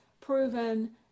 proven